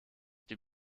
die